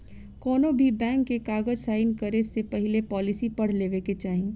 कौनोभी बैंक के कागज़ साइन करे से पहले पॉलिसी पढ़ लेवे के चाही